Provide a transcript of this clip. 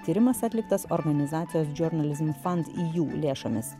tyrimas atliktas organizacijos džiuornalizm fand y jų lėšomis